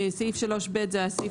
למדרג